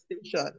station